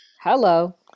Hello